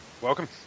welcome